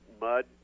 mud